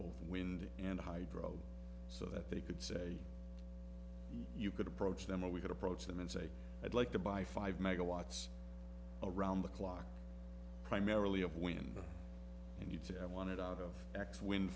both wind and hydro so that they could say you could approach them or we could approach them and say i'd like to buy five megawatts around the clock primarily of when you need to i wanted out of x wind